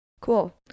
cool